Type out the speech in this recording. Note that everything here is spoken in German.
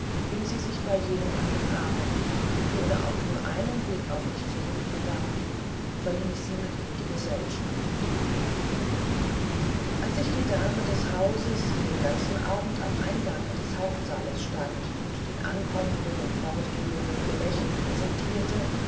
hing sie sich jenem an den arm und ohne auch nur einen blick auf mich zurückzuwerfen verließ sie mit ihm die gesellschaft als ich die dame des hauses die den ganzen abend am eingange des hauptsaales stand und den ankommenden und fortgehenden ihr lächeln präsentierte